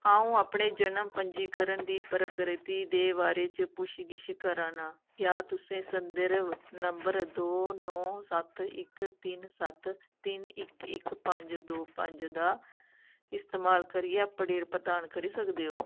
अ'ऊं अपने जनम पंजीकरण दी प्रग्रति दे बारे च पुच्छ गिच्छ करा ना क्या तुसें संदर्भ नंबर दो नौ सत्त इक तिन्न सत्त तिन्न इक इक पंज दो पंज दा इस्तेमाल करियै अपडेट प्रदान करी सकदे ओ